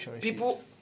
People